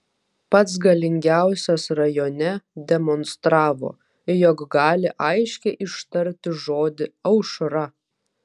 pats galingiausias rajone demonstravo jog gali aiškiai ištarti žodį aušra